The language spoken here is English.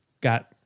got